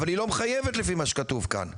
אבל היא לא מחייבת לפי מה שכתוב כאן,